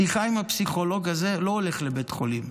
שיחה עם הפסיכולוג הזה, לא הולך לבית החולים.